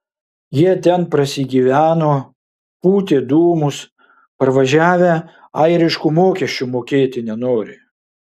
jie ten prasigyveno pūtė dūmus parvažiavę airiškų mokesčių mokėti nenori